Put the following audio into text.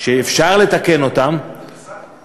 ואפשר לתקן אותן אבל זה משרד הביטחון.